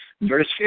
Verse